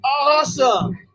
awesome